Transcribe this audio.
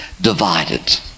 divided